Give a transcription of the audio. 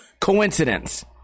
coincidence